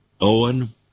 Owen